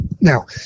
now